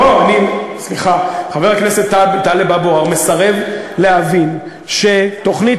חבר הכנסת טלב אבו עראר מסרב להבין שתוכנית